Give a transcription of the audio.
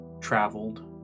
traveled